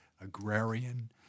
agrarian